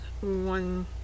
one